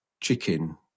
chicken